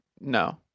no